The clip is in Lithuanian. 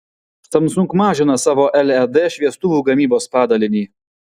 samsung mažina savo led šviestuvų gamybos padalinį